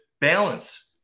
balance